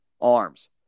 arms